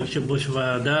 באיומים, בקבוקי